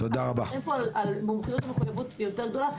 אבל מדברים פה על מחויבות יותר גדולה,